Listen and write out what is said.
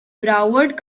broward